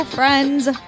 Friends